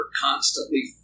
constantly